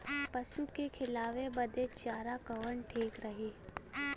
पशु के खिलावे बदे चारा कवन ठीक रही?